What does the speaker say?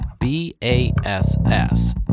B-A-S-S